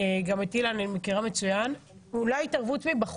וביום הזה אני דווקא רוצה להציע פתח